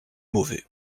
mauvais